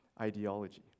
ideology